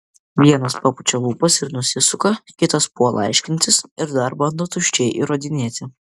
vienas papučia lūpas ir nusisuka kitas puola aiškintis ir dar bando tuščiai įrodinėti